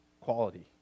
quality